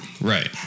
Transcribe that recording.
Right